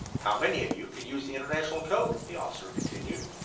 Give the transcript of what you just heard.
how many of you can use the international code? the officer continued.